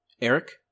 Eric